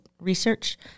research